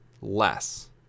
less